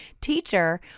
teacher